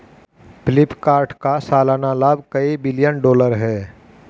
फ्लिपकार्ट का सालाना लाभ कई बिलियन डॉलर है